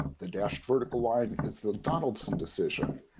the dashed vertical line is the donaldson decision,